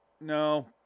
no